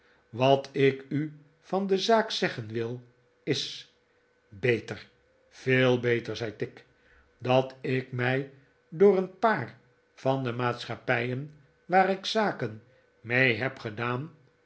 wat ik u van de zaak zeggen wil is beter veel beter zei tigg dat ik mij door een paar van de maatschappijen waar ik zaken mee heb ge